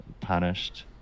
punished